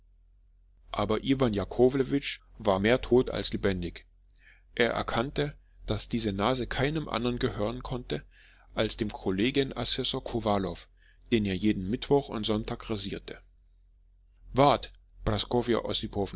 aber iwan jakowlewitsch war mehr tot als lebendig er erkannte daß diese nase keinem andern gehören konnte als dem kollegien assessor kowalow den er jeden mittwoch und sonntag rasierte wart